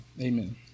Amen